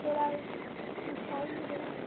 तो थोड़ा डिस्काउन्ट वगैरह